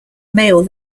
male